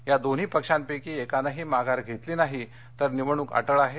या दोन्ही पक्षांपैकी एकानंही माघार घेतली नाही तर निवडणूक अटळ आहे